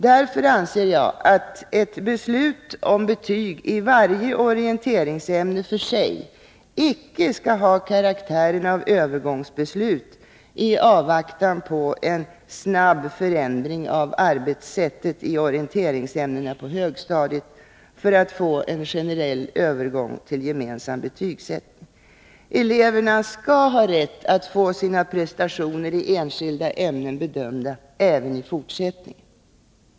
Därför anser jag att ett beslut om betyg i varje orienteringsämne för sig icke skall ha karaktären av övergångsbeslut i avvaktan på en snabb förändring av arbetssättet i orienteringsämnena på högstadiet, innebärande en generell övergång till gemensam betygsättning. Eleverna skall ha rätt att få sina prestationer i enskilda ämnen bedömda, även i fortsättningen.